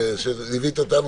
שליווית אותנו,